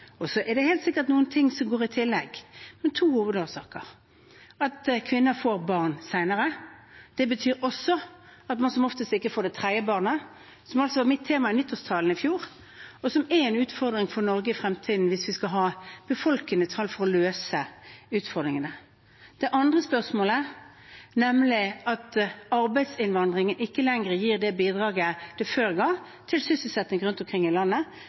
er så alvorlig og viktig at vi skal diskutere den – litt på premissene som representanten Grimstad tok opp i sitt innlegg, nemlig hva det er som er årsakene. Det er to hovedårsaker – det er helt sikkert noen ting som kommer i tillegg, men to hovedårsaker: Først at kvinner får barn senere. Det betyr også at man som oftest ikke får det tredje barnet, som altså var mitt tema i forrige nyttårstale. Det er en utfordring for Norge i fremtiden hvis vi skal ha befolkningstall for